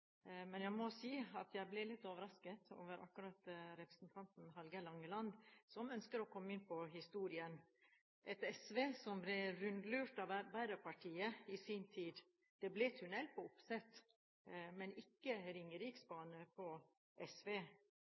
Men jeg må si at jeg ble litt overrasket over akkurat representanten Hallgeir Langeland, som ønsker å komme inn på historien – et SV som ble rundlurt av Arbeiderpartiet i sin tid: Det ble tunnel på Opseth, men ikke Ringeriksbane på SV.